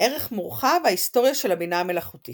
ערך מורחב – היסטוריה של הבינה המלאכותית